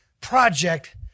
project